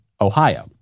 Ohio